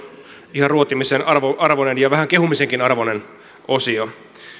ihan ruotimisen arvoinen ja vähän kehumisenkin arvoinen osio